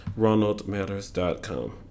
RonaldMatters.com